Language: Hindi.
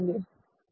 धन्यवाद